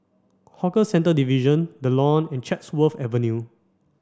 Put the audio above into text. Hawker Centres Division The Lawn and Chatsworth Avenue